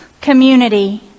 community